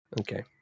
Okay